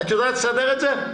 את יודעת לסדר את זה?